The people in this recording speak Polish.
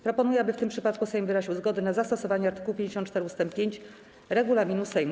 Proponuję, aby w tym przypadku Sejm wyraził zgodę na zastosowanie art. 54 ust. 5 regulaminu Sejmu.